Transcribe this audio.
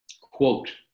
quote